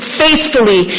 faithfully